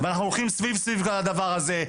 ואנחנו הולכים סביב סביב לדבר הזה,